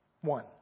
One